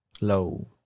Low